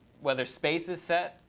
whether space is set,